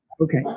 Okay